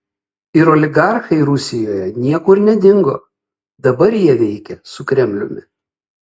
ir oligarchai rusijoje niekur nedingo dabar jie veikia su kremliumi